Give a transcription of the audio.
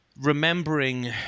remembering